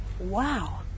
wow